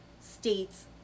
states